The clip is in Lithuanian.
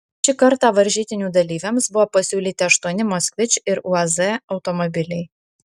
šį kartą varžytinių dalyviams buvo pasiūlyti aštuoni moskvič ir uaz automobiliai